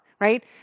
right